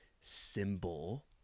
symbol